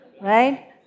right